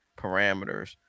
Parameters